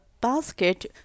basket